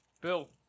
Bill